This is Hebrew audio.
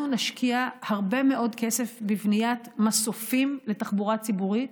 אנחנו נשקיע הרבה מאוד כסף בבניית מסופים לתחבורה ציבורית,